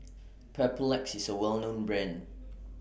Papulex IS A Well known Brand